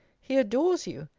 he adores you.